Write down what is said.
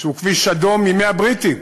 שהוא כביש אדום מימי הבריטים,